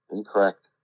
Incorrect